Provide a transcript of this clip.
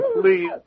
please